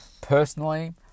personally